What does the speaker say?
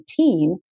19